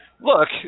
Look